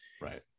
Right